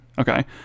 okay